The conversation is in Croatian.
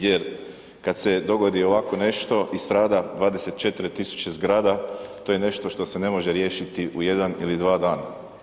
Jer kad se dogodi ovako nešto i strada 24.000 zgrada to je nešto što se ne može riješiti u jedan ili dva dana.